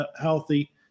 healthy